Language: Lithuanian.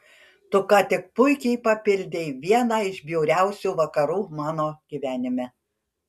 tu ką tik puikiai papildei vieną iš bjauriausių vakarų mano gyvenime